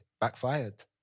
backfired